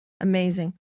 amazing